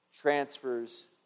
transfers